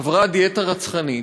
עברה דיאטה רצחנית,